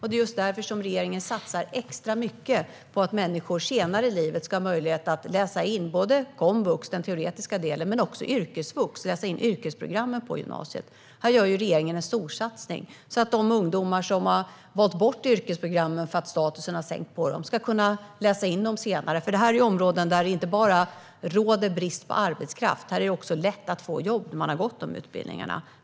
Det är just därför regeringen satsar extra mycket på att människor senare i livet ska ha möjlighet att läsa in både komvux - den teoretiska delen - och yrkesvux - gymnasiets yrkesprogram. Här gör regeringen en storsatsning så att de ungdomar som har valt bort yrkesprogrammen för att programmens status har sänkts ska kunna läsa in dessa senare. Detta är områden där det inte bara råder brist på arbetskraft utan där det också är lätt att få jobb, om man har gått dessa utbildningar.